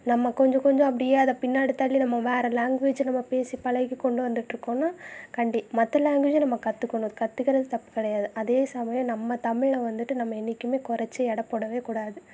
நம்ம கொஞ்சம் கொஞ்சம் அப்படியே அதை பின்னாடி தள்ளி நம்ம வேற லேங்வேஜி நம்ம பேசி பழகிக்கொண்டும் வந்துகிட்ருக்கோன்னா கண்டி மற்ற லேங்வேஜ்ஜை நம்ம கற்றுக்கணும் அது கற்றுக்கிறது தப்பு கிடையாது அதே சமயம் நம்ம தமிழை வந்துட்டு நம்ம என்றைக்குமே குறச்சி எடை போடவே கூடாது